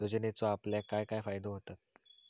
योजनेचो आपल्याक काय काय फायदो होता?